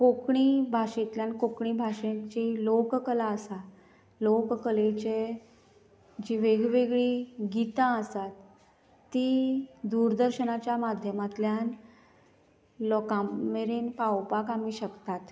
कोंकणी भाशेंतल्यान कोंकणी भाशेची लोककला आसा लोककलेचे जी वेगळीवेगळी गीतां आसात ती दुरदर्शनाच्या माध्यमांतल्यान लोकां मेरेन पावोवपाक आमी शकतात